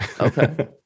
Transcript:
Okay